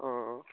অঁ অঁ